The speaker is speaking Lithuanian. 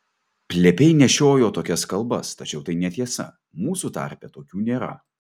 plepiai nešiojo tokias kalbas tačiau tai netiesa mūsų tarpe tokių nėra